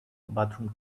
bathroom